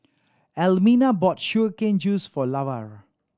Almina bought sugar cane juice for Lavar